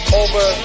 over